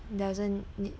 doesn't need